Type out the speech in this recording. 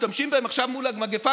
משתמשים בהם עכשיו מול המגפה,